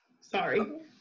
Sorry